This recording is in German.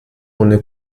ohne